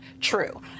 true